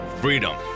freedom